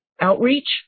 outreach